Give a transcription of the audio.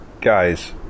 Guys